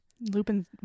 Lupin